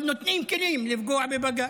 אבל נותנים כלים לפגוע בבג"ץ.